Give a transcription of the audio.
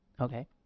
Okay